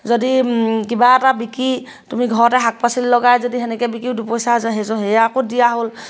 যদি কিবা এটা বিকি তুমি ঘৰতে শাক পাচলি লগাই যদি সেনেকৈ বিকিও দুপইচা যায় সেয়াকো দিয়া হ'ল